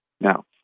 Now